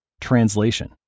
translation